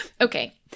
Okay